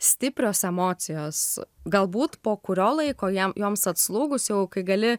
stiprios emocijos galbūt po kurio laiko jam joms atslūgus jau kai gali